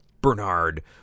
Bernard